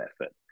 effort